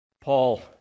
Paul